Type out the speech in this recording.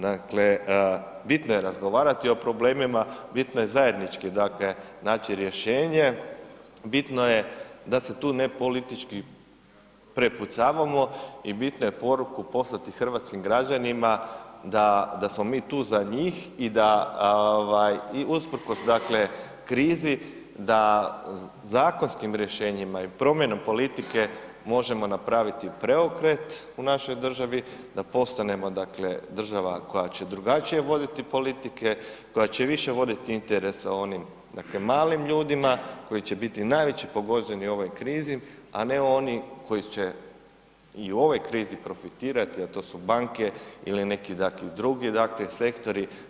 Dakle, bitno je razgovarati o problemima, bitno je zajednički dakle naći rješenje, bitno je da se tu ne politički prepucavamo i bitno je poruku poslati hrvatskim građanima da smo mi tu za njih i da ovaj usprkos dakle krizi da zakonskim rješenjima i promjenom politike možemo napraviti preokret u našoj državi, da postanemo dakle država koja će drugačije voditi politike, koja će više voditi interesa o onim dakle malim ljudima koji je biti najveći pogođeni u ovoj krizi, a ne oni koji će i u ovoj krizi profitirati, a to su banke ili neki dakle drugi dakle sektori.